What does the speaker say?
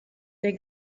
der